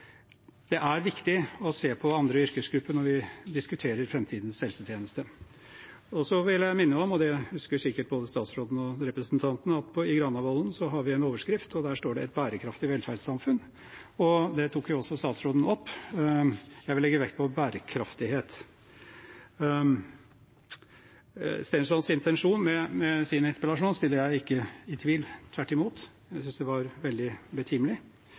Det er viktig å se på andre yrkesgrupper når vi diskuterer framtidens helsetjeneste. Så vil jeg minne om – og det husker sikkert både statsråden og representanten – at i Granavolden-plattformen har vi en overskrift der det bl.a. står «et bærekraftig velferdssamfunn». Det tok også statsråden opp. Jeg vil legge vekt på bærekraftighet. Stenslands intensjon med interpellasjonen stiller jeg meg ikke tvilende til – tvert imot: Jeg synes den er veldig betimelig,